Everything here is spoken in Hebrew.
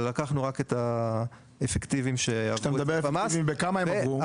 אבל לקחנו רק את האפקטיביים שעברו את המס,